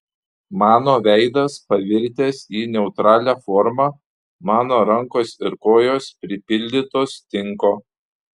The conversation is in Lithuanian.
mano veidas pavirtęs į neutralią formą mano rankos ir kojos pripildytos tinko